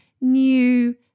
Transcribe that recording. new